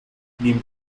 neben